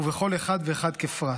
ובכל אחד ואחד כפרט.